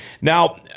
Now